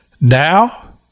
now